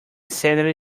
sanity